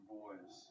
boys